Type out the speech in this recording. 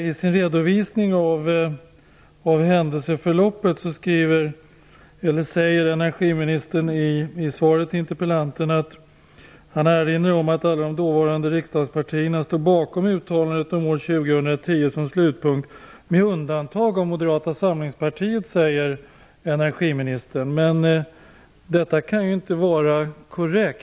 I sin redovisning av händelseförloppet i svaret till interpellanten erinrar energiministern om att alla de dåvarande riksdagspartierna står bakom uttalandet om år 2010 som slutpunkt, med undantag av Moderata samlingspartiet. Detta kan inte vara korrekt.